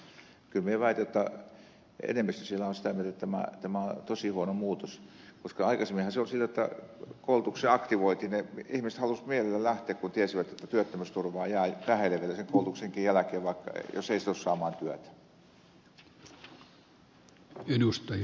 kyllä minä väitän jotta enemmistö siellä on sitä mieltä jotta tämä on tosi huono muutos koska aikaisemminhan oli sillä lailla että koulutukseen aktivoitiin ihmiset halusivat mielellään lähteä kun tiesivät että työttömyysturvaa jää jäljelle vielä sen koulutuksen jälkeenkin jos ei onnistu saamaan työtä